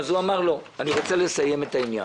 אז הוא אמר: לא, אני רוצה לסיים את העניין.